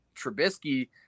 Trubisky